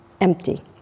Empty